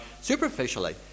superficially